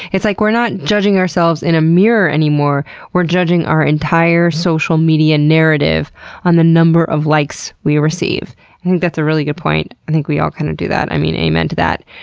it's like we're not judging ourselves in a mirror anymore we're judging our entire social media narrative on the number of likes we receive. i think that's a really good point. i think we all kind of do that. i mean, amen to that!